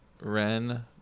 Ren